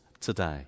today